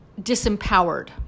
disempowered